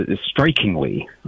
strikingly